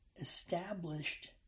established